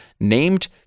named